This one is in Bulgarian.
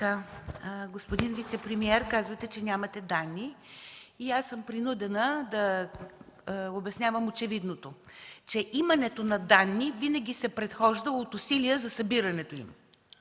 Господин вицепремиер, казвате, че нямате данни. Принудена съм да обяснявам очевидното – че имането на данни винаги се предхожда от усилия за събирането им.